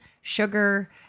sugar